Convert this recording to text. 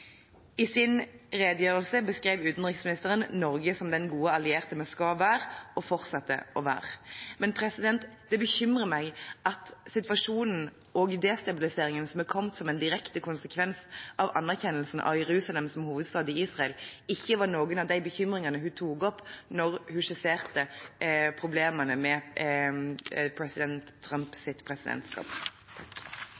I sin redegjørelse beskrev utenriksministeren Norge som den gode allierte vi skal være, og fortsette å være. Men det bekymrer meg at situasjonen og destabiliseringen som har kommet som en direkte konsekvens av anerkjennelsen av Jerusalem som hovedstad i Israel, ikke var en av de bekymringene hun tok opp da hun skisserte problemene med